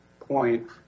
point